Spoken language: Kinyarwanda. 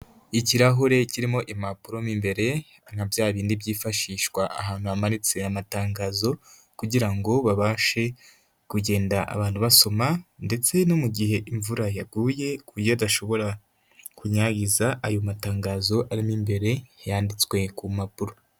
Ikirahure kirimo impapuro mw'imbere nka bya bindi byifashishwa ahantu hamanitse amatangazo kugira ngo babashe kugenda abantu basoma, ndetse no mu gihe imvura yaguye ku buryo adashobora kunyagiza ayo matangazo arimo imbere yanditswe ku mpapuro.